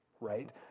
Right